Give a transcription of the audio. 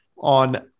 On